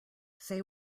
say